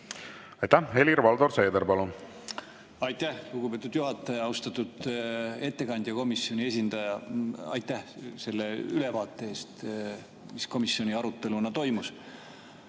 Aitäh! Helir-Valdor Seeder, palun! Aitäh, lugupeetud juhataja! Austatud ettekandja, komisjoni esindaja, aitäh selle ülevaate eest, mis komisjoni arutelu ajal toimus!